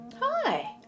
Hi